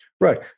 right